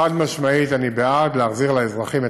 חד-משמעית אני בעד להחזיר לאזרחים את